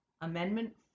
amendment